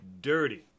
dirty